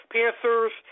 Panthers